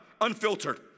unfiltered